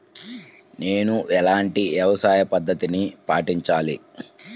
నేను ఎలాంటి వ్యవసాయ పద్ధతిని పాటించాలి?